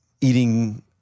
eating